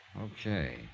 Okay